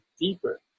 deeper